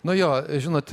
no jo žinot